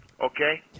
okay